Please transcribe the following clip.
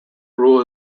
rule